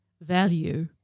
value